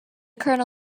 colonel